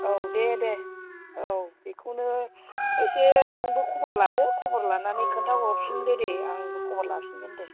औ दे दे औ बेखौनो एसे नोंबो खबर लादो खबर लानानै खोन्थाहरफिनदो दे आंबो खबर लाफिनगोन दे